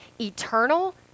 eternal